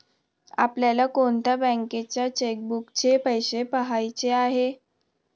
आपल्याला कोणत्या बँकेच्या चेकबुकचे पैसे पहायचे आहे?